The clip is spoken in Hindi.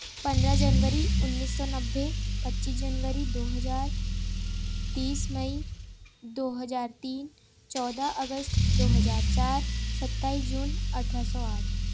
पन्द्रह जनवरी उन्नीस सौ नब्बे पच्चीस जनवरी दो हज़ार तीस मई दो हज़ार तीन चौदह अगस्त दो हज़ार चार सत्ताईस जून अठारह सौ आठ